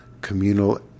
communal